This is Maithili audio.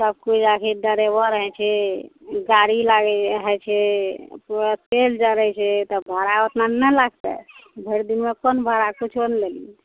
सब कोइ आखिर ड्राइवर होइ छै गाड़ी लागै हइ छै पूरा तेल जरै छै तऽ भाड़ा ओतना नहि लागतै भरि दिनमे कोन भाड़ा किछु नहि लेली